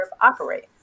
operate